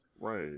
Right